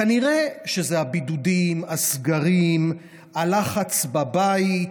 כנראה שזה הבידודים, הסגרים, הלחץ בבית,